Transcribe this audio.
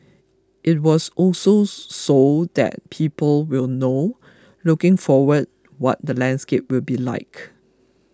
it was also so that people will know looking forward what the landscape will be like